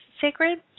sacred